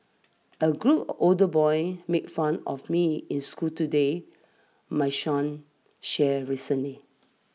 a group older boys made fun of me in school today my son shared recently